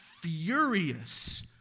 furious